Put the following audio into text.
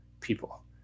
people